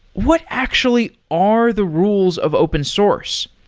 what actually are the rules of open source?